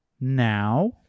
Now